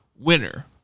winner